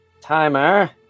Timer